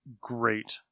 great